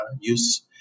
use